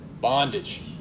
Bondage